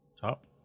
top